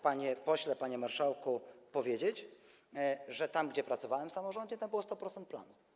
panie pośle, panie marszałku, i chcę powiedzieć, że tam, gdzie pracowałem w samorządzie, tam było 100% planu.